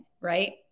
Right